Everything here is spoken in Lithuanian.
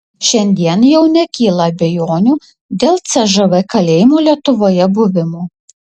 šiandien jau nekyla abejonių dėl cžv kalėjimų lietuvoje buvimo